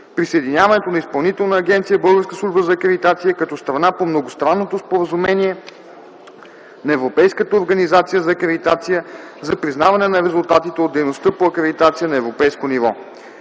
служба за акредитация” като страна по многостранното споразумение на Европейската организация за акредитация за признаване на резултатите от дейността по акредитация на европейско ниво.